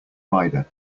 rider